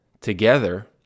together